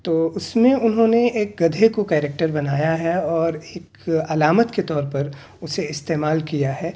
تو اس میں انہوں نے ایک گدھے کو کیریکٹر بنایا ہے اور ایک علامت کے طور پر اسے استعمال کیا ہے